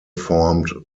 formed